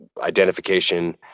identification